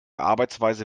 arbeitsweise